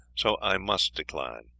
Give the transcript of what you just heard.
so i must decline.